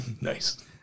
Nice